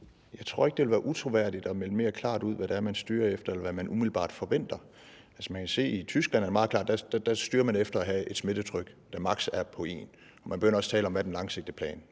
Jeg tror ikke, det ville være utroværdigt at melde mere klart ud, hvad det er, man styrer efter, eller hvad man umiddelbart forventer. Man kan se i Tyskland, at det er meget klart, at man styrer efter at have et smittetryk, der maks. er på 1, og man begynder også at tale om, hvad den langsigtede plan